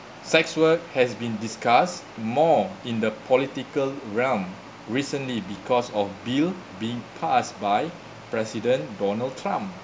sex work has been discussed more in the political realm recently because of bill being passed by president donald trump